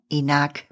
inak